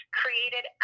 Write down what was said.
created